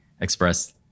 express